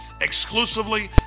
exclusively